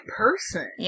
person